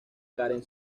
karen